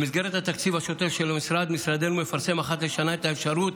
במסגרת התקציב השוטף של המשרד משרדנו מפרסם אחת לשנה את האפשרות